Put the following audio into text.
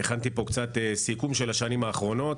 הכנתי פה סיכום של השנים האחרונות.